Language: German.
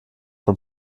von